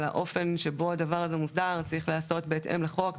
אבל האופן שבו הדבר הזה מוסדר צריך להיעשות בהתאם לחוק,